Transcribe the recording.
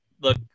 look